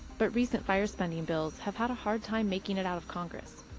but recent fire spending bills have had a hard time making it out of congress.